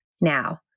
Now